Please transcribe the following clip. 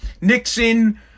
Nixon